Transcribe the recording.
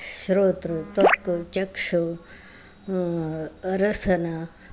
श्रोतुः त्वक् चक्षुः रसना